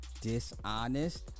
dishonest